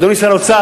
אדוני שר האוצר,